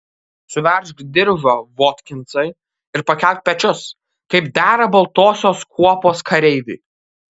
suveržk diržą votkinsai ir pakelk pečius kaip dera baltosios kuopos kareiviui